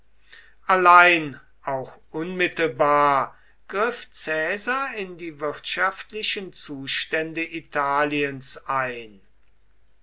allein auch unmittelbar griff caesar in die wirtschaftlichen zustände italiens ein